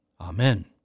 Amen